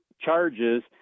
charges